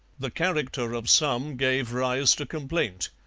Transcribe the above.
the character of some gave rise to complaint,